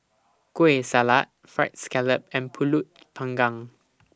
Kueh Salat Fried Scallop and Pulut Panggang